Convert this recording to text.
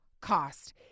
cost